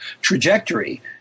trajectory